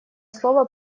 слово